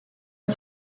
and